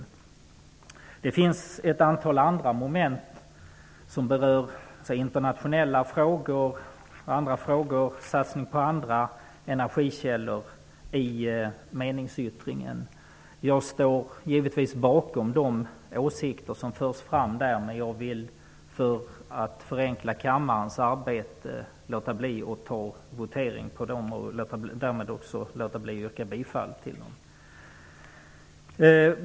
I min meningsyttring finns det ett antal andra moment som berör andra frågor, internationella frågor och frågor om satsning på andra energikällor. Jag står givetvis bakom de åsikter som förs fram där, men för att förenkla kammarens arbete avstår jag från att yrka bifall till dem för att slippa votera om dem.